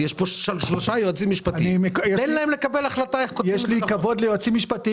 בשלושת אלה צריך לחדד שמדובר רק על בוגרים,